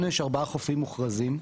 לנו יש ארבעה חופים מוכרזים.